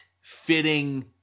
fitting